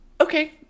okay